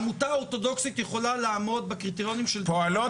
עמותה אורתודוכסית יכולה לעמוד בקריטריונים של --- "פועלות